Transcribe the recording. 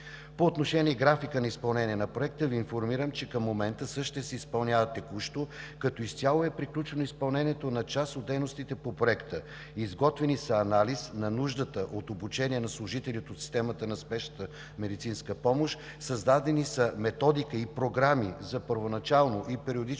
По отношение графика на изпълнение на Проекта Ви информирам, че към момента същият се изпълнява текущо, като изцяло е приключено изпълнението на част от дейностите по Проекта. Изготвен е анализ на нуждата от обучение на служители от системата на спешната медицинска помощ, създадени са методика и програми за първоначално и периодично